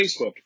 Facebook